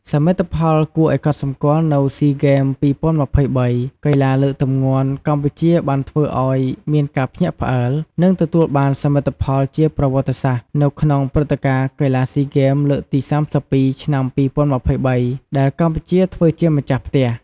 សមិទ្ធផលគួរឱ្យកត់សម្គាល់នៅ SEA Games 2023 កីឡាលើកទម្ងន់កម្ពុជាបានធ្វើឱ្យមានការភ្ញាក់ផ្អើល និងទទួលបានសមិទ្ធផលជាប្រវត្តិសាស្ត្រ នៅក្នុងព្រឹត្តិការណ៍កីឡាស៊ីហ្គេមលើកទី៣២ ឆ្នាំ២០២៣ ដែលកម្ពុជាធ្វើជាម្ចាស់ផ្ទះ។